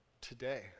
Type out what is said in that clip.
today